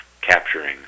capturing